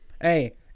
Hey